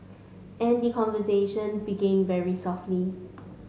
and the conversation begin very softly